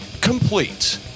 complete